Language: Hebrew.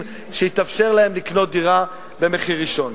שיתאפשר להם לקנות דירה במחיר ראשון.